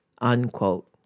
unquote